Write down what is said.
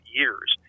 years